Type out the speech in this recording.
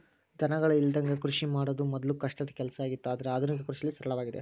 ದನಗಳ ಇಲ್ಲದಂಗ ಕೃಷಿ ಮಾಡುದ ಮೊದ್ಲು ಕಷ್ಟದ ಕೆಲಸ ಆಗಿತ್ತು ಆದ್ರೆ ಆದುನಿಕ ಕೃಷಿಯಲ್ಲಿ ಸರಳವಾಗಿದೆ